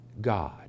God